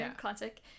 classic